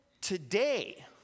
today